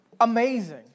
Amazing